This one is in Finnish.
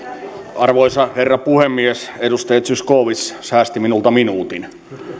arvoisa herra puhemies edustaja zyskowicz säästi minulta minuutin